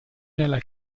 nella